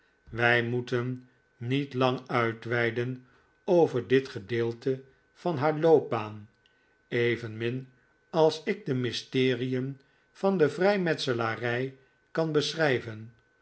wij moeten niet lang uitweiden over dit gedeelte van haar loopbaan evenmin als ik de mysterien van de vrijmetselarij kan beschrijven